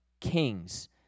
kings